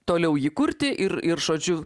toliau jį kurti ir ir žodžiu